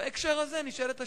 בהקשר זה נשאלת השאלה: